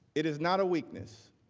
it is not a weakness.